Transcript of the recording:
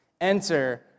Enter